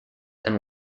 and